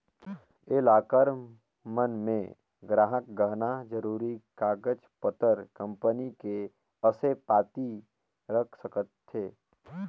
ये लॉकर मन मे गराहक गहना, जरूरी कागज पतर, कंपनी के असे पाती रख सकथें